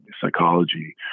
psychology